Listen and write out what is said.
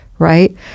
Right